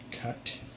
cut